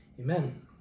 Amen